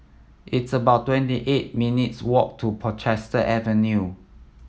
it's about twenty eight minutes' walk to Portchester Avenue